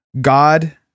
God